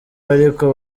ariko